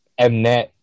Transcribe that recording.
Mnet